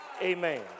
Amen